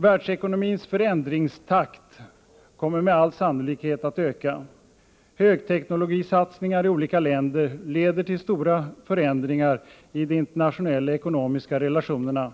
Världsekonomins förändringstakt kommer med all sannolikhet att öka. Högteknologisatsningar i olika länder leder till stora förändringar i de internationella ekonomiska relationerna.